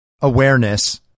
awareness